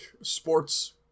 sports